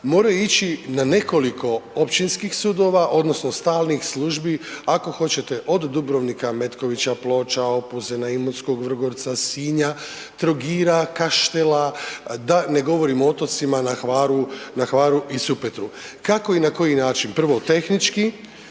moraju ići na nekoliko općinskih sudova odnosno stalnih službi ako hoćete od Dubrovnika, Metkovića, Ploča, Opuzena, Imotskog, Vrgorca, Sinja, Trogira, Kaštela, da ne govorim o otocima na Hvaru, na Hvaru i Supetru. Kako i na koji način? Prvo, tehnički